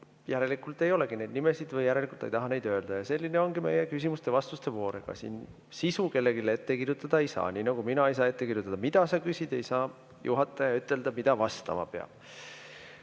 Järelikult ei olegi neid nimesid või ta ei taha neid öelda. Selline ongi meie küsimuste-vastuste voor. Ega siin sisu kellelegi ette kirjutada ei saa – nii nagu mina ei saa ette kirjutada, mida sa küsid, ei saa juhataja ütelda, mida vastama